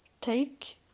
take